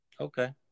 Okay